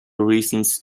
reasons